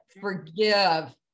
forgive